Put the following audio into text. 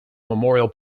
memorial